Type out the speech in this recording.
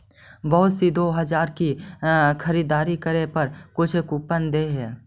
बहुत सी दो हजार की खरीदारी करे पर कुछ कूपन दे हई